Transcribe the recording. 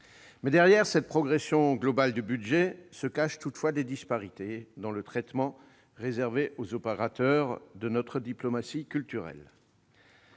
Derrière cette progression globale du budget se cachent toutefois des disparités dans le traitement réservé aux opérateurs de notre diplomatie culturelle.